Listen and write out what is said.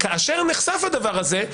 כאשר נחשף הדבר הזה,